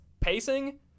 pacing